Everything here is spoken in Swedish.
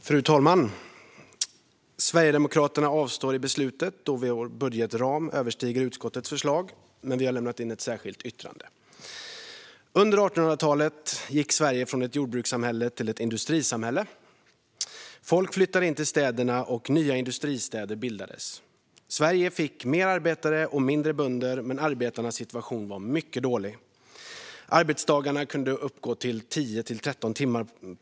Fru talman! Sverigedemokraterna avstår i voteringen, då vår budgetram överstiger utskottets förslag. Men vi har lämnat in ett särskilt yttrande. Under 1800-talet gick Sverige från jordbrukssamhälle till industrisamhälle. Folk flyttade in till städerna, och nya industristäder bildades. Sverige fick fler arbetare och färre bönder. Inom jordbruket var du din egen arbetsgivare, men arbetarnas situation var mycket dålig. Arbetsdagarna kunde vara 10-13 timmar.